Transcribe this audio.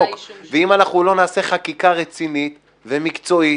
ואם לא נעשה חקיקה רצינית ומקצועית,